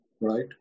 right